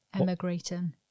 Emigrating